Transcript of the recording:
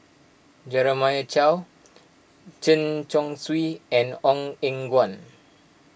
Jeremiah Choy Chen Chong Swee and Ong Eng Guan